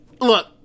look